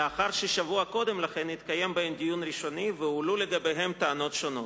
לאחר ששבוע קודם לכן התקיים בהם דיון ראשוני והועלו לגביהם טענות שונות.